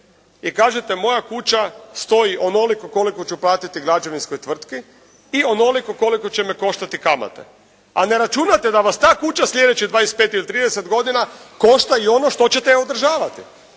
I kažete moja kuća stoji onoliko koliko ću platiti građevinskoj tvrtci i onoliko koliko će me koštati kamate. A ne računate da vas ta kuća sljedećih 25 ili 30 godina košta i ono što ćete održavati.